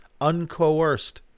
Uncoerced